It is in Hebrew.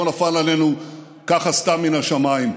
לא נפל עלינו ככה סתם מן השמיים,